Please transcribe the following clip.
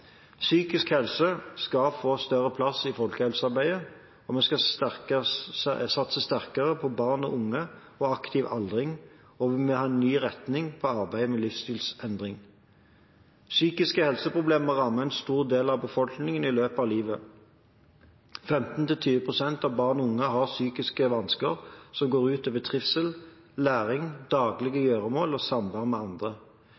Psykisk helse skal få større plass i folkehelsearbeidet, og vi skal satse sterkere på barn og unge og på aktiv aldring, og vi vil ha en ny retning på arbeidet med livsstilsendring. Psykiske helseproblemer rammer en stor del av befolkningen i løpet av livet. 15–20 pst. av barn og unge har psykiske vansker som går ut over trivsel, læring, daglige gjøremål og samvær med andre.